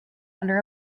under